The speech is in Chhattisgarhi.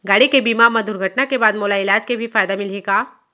गाड़ी के बीमा मा दुर्घटना के बाद मोला इलाज के भी फायदा मिलही का?